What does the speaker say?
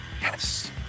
Yes